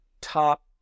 Top